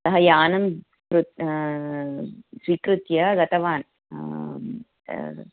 सः यानं कृत्वा स्वीकृत्य गतवान्